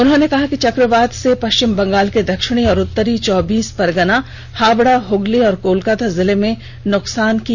उन्होंने कहा कि चक्रवात से पश्चिम बंगाल के दक्षिणी और उत्तरी चौबीस परगना हावड़ा हुगली और कोलकाता जिलों में नुकसान की आशंका है